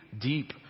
deep